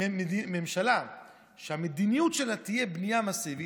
ממשלה שהמדיניות שלה תהיה בנייה מסיבית,